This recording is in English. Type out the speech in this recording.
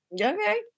Okay